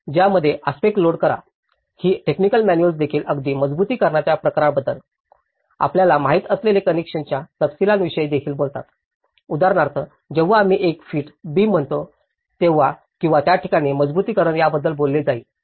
यामध्ये aspect load करा ही टेक्निकल मॅनुअल्स देखील अगदी मजबुतीकरणाच्या प्रकाराबद्दल आपल्याला माहिती असलेल्या कनेक्शनच्या तपशीलांविषयी देखील बोलतात उदाहरणार्थ जेव्हा आम्ही एक फीट बीम म्हणतो तेव्हा किंवा त्या ठिकाणी मजबुतीकरण याबद्दल बोलले जाईल